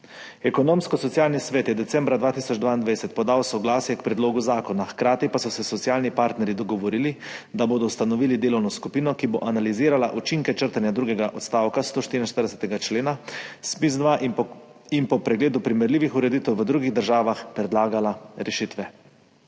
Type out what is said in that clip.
Ekonomsko-socialni svet je decembra 2022 podal soglasje k predlogu zakona, hkrati pa so se socialni partnerji dogovorili, da bodo ustanovili delovno skupino, ki bo analizirala učinke črtanja drugega odstavka 144. člena ZPIZ-2 in po pregledu primerljivih ureditev v drugih državah predlagala rešitve.